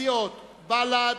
סיעות בל"ד,